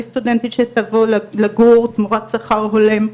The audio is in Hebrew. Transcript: סטודנטית שתבוא לגור תמורת שכר הולם,